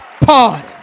party